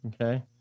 Okay